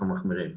אנחנו מחמירים.